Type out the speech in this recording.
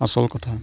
আচল কথা